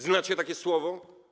Znacie takie słowo?